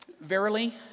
Verily